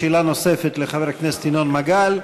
שאלה נוספת לחבר הכנסת ינון מגל.